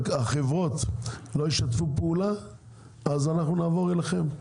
החברות לא ישתפו פעולה אז אנחנו נעבור אליכם,